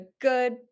good